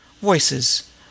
Voices